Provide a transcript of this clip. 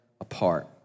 apart